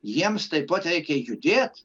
jiems taip pat reikia judėt